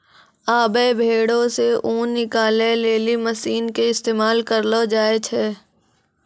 आबै भेड़ो से ऊन निकालै लेली मशीन के इस्तेमाल करलो जाय छै